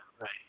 right